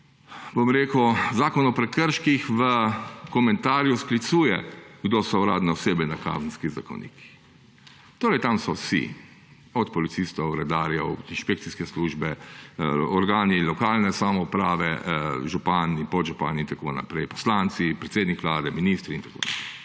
osebe. Tudi Zakon o prekrških se v komentarju sklicuje, kdo so uradne osebe, na Kazenski zakonik. Torej tam so vsi – od policistov, redarjev, inšpekcijske službe, organi lokalne samouprave, župani, podžupani, poslanci, predsednik vlade, ministri in tako naprej.